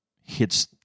hits